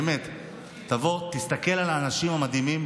באמת, תבוא, תסתכל על האנשים המדהימים.